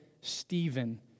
Stephen